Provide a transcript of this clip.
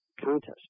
contest